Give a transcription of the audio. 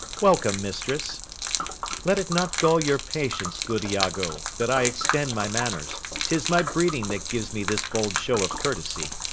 welcome, mistress let it not gall your patience, good iago, that i extend my manners tis my breeding that gives me this bold show of courtesy.